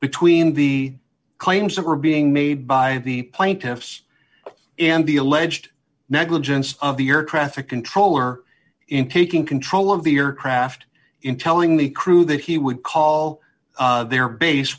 between the claims of her being made by the plaintiffs and the alleged negligence of the air traffic controller in taking control of the aircraft in telling the crew that he would call their base